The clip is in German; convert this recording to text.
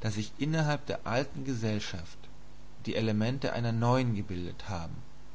daß sich innerhalb der alten gesellschaft die elemente einer neuen gebildet haben